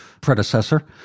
predecessor